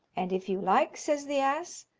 and if you like, says the ass,